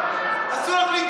אין לכם אפילו בושה,